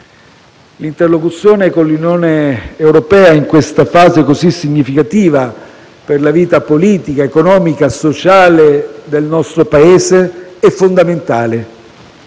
L'interlocuzione con l'Unione europea, in questa fase così significativa per la vita politica, economica e sociale del nostro Paese, è fondamentale.